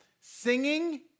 singing